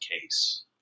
case